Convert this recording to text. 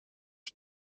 die